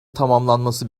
tamamlanması